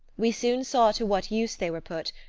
we soon saw to what use they were put,